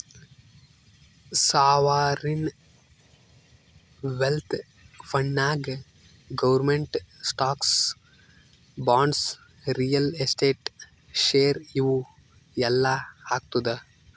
sovereign wealth ಫಂಡ್ನಾಗ್ government stocks, bonds, real estate, share ಇವು ಎಲ್ಲಾ ಹಾಕ್ತುದ್